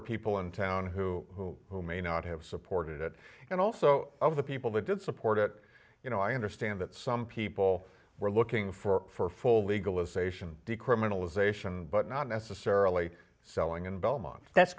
of people in town who may not have supported it and also of the people that did support it you know i understand that some people were looking for full legalization decriminalization but not necessarily selling in belmont that's